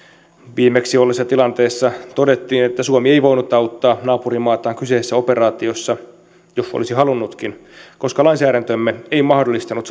viimeksi olleessa tilanteessa todettiin että suomi ei voinut auttaa naapurimaataan kyseisessä operaatiossa jos olisi halunnutkin koska lainsäädäntömme ei mahdollistanut